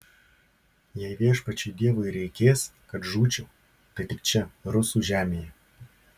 jei viešpačiui dievui reikės kad žūčiau tai tik čia rusų žemėje